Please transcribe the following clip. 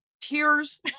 Tears